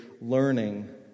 learning